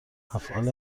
افعال